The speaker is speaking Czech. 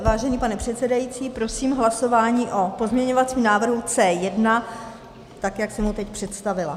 Vážený pane předsedající, prosím hlasování o pozměňovacím návrhu C1 tak, jak jsem ho teď představila.